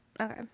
Okay